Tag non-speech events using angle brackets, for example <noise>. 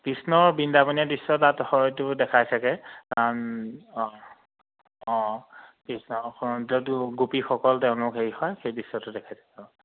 কৃষ্ণৰ বৃন্দাবনীয় দৃশ্য তাত হয়তো দেখায় চাগৈ কাৰণ অঁ অঁ কৃষ্ণ <unintelligible> গোপীসকল তেওঁলোক হেৰি হয় সেই দৃশ্য দেখাই <unintelligible> অঁ